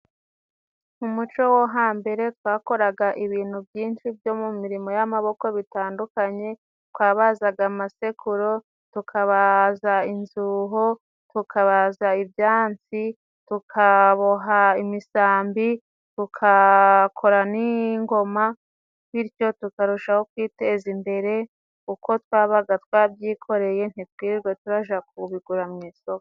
Mu muco wo hambere twakoraga ibintu byinshi byo mu mirimo y'amaboko bitandukanye, twabazaga amasekuru, tukabaza inzuho, tukabaza ibyansi, tukaboha imisambi, tukakora n'ingoma, bityo tukarushaho kwiteza imbere, kuko twabaga twabyikoreye ntitwirirwe turaja kubigura mu isoko.